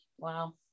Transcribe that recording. Wow